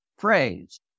phrase